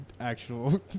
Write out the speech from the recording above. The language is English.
actual